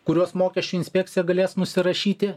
kuriuos mokesčių inspekcija galės nusirašyti